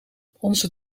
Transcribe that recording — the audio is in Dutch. onze